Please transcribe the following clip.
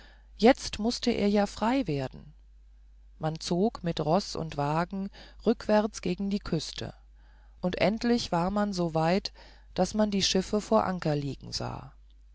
jetzt mußte er ja frei werden man zog mit roß und wagen rückwärts gegen die küste und endlich war man so weit daß man die schiffe vor anker liegen sah